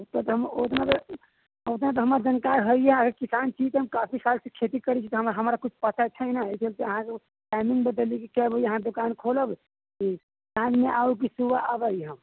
उतना तऽ हम उतना तऽ हमरा जानकार हय्ये है किसान छी तऽ हम काफी सालसँ खेती करै छी हमरा कुछ पता छै नहि हमरा टाइमिंग बतेली जे कए बजे अहाँ दोकान खोलब टाइम हैत तऽ सुबह एबै हम